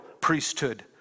priesthood